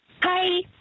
Hi